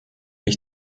ich